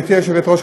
גברתי היושבת-ראש,